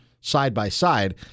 side-by-side